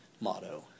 motto